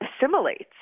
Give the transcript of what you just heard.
assimilates